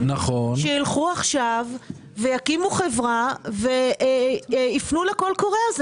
שילכו עכשיו ויקימו חברה ויפנו לקול קורא הזה.